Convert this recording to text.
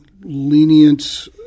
lenient